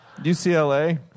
UCLA